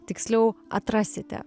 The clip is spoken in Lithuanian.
tiksliau atrasite